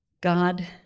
God